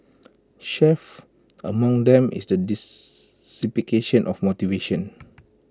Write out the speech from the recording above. chief among them is the dissipation of motivation